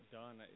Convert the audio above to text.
done